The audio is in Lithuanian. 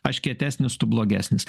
aš kietesnis tu blogesnis